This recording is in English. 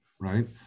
right